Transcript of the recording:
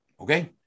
Okay